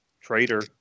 traitor